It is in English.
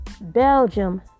Belgium